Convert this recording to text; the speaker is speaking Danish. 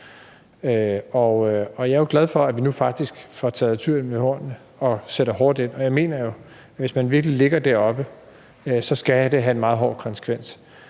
Jeg er jo glad for, at vi nu faktisk får taget tyren ved hornene og sætter hårdt ind, og jeg mener jo, at hvis man virkelig ligger deroppe, skal det have en meget hård konsekvens.